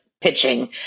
pitching